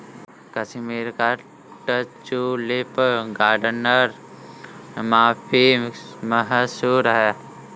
कश्मीर का tulip garden काफी मशहूर है